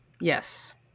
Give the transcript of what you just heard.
Yes